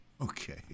Okay